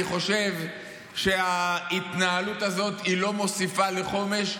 אני חושב שההתנהלות הזאת לא מוסיפה שום דבר לחומש,